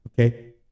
okay